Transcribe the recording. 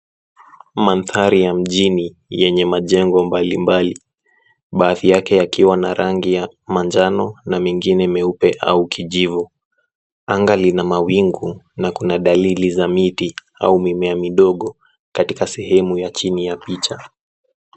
Mandhari ya mjini yenye majengo mbalimbali. Baadhi yake yakiwa na rangi ya manjano na mengine meupe au kijivu. Anga lina mawingu na kuna dalili za miti au mimea midogo katika sehemu ya chini ya picha.